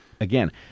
again